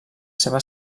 seva